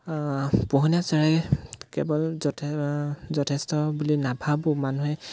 পোহনীয়া চৰাই কেৱল যথেষ্ট বুলি নাভাবোঁ মানুহে